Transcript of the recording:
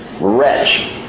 wretch